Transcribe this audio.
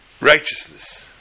righteousness